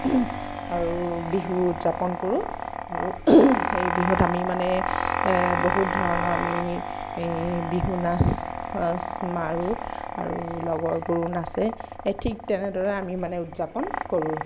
আৰু বিহু উদযাপন কৰোঁ আৰু এই বিহুত আমি মানে এ বহুত ধৰণৰ আমি বিহু নাচ চাচ মাৰো আৰু লগৰবোৰো নাচে এই ঠিক তেনেদৰে আমি মানে উদযাপন কৰোঁ